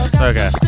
Okay